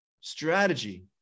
strategy